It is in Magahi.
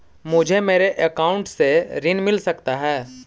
मुझे मेरे अकाउंट से ऋण मिल सकता है?